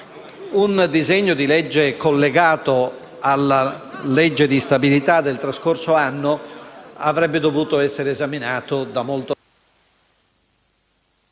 un disegno di legge collegato alla legge di stabilità del trascorso anno, che avrebbe dovuto essere esaminato da molto tempo.